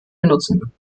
benutzen